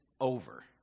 over